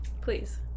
Please